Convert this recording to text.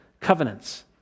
covenants